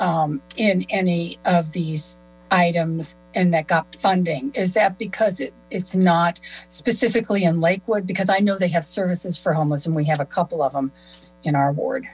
in any of these items and that got funding is that because it's not specifically i lakewood because i know they have services for homeless and we have a couple of them in our ward